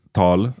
tal